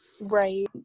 Right